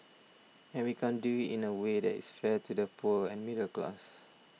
and we can do it in a way that is fair to the poor and middle class